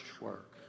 work